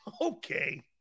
Okay